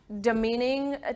demeaning